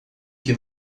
que